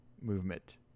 movement